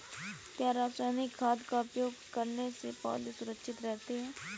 क्या रसायनिक खाद का उपयोग करने से पौधे सुरक्षित रहते हैं?